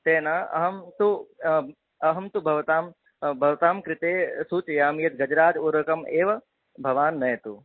तेन अहं तु अहं तु भवतां भवतां कृते सूचयामि यत् गजराज उर्वरकम् एव भवान् नयतु